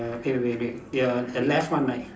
wait wait wait the err the left one right